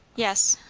yes.